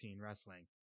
wrestling